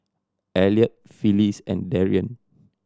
Eliot Phyllis and Darien